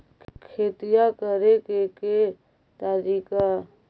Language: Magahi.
खेतिया करेके के तारिका?